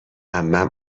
عمه